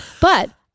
but-